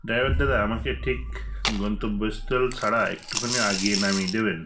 driver দাদা আমাকে ঠিক গন্তব্যস্থল ছাড়া একটুখানি এগিয়ে নামিয়ে দেবেন